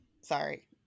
sorry